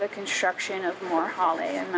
the construction of more holiday and